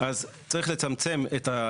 אז צריך לצמצם.